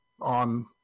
on